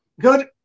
Good